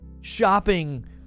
shopping